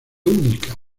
única